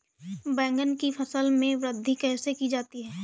बैंगन की फसल में वृद्धि कैसे की जाती है?